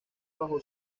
bajo